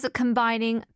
combining